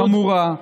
חמורה,